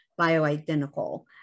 bioidentical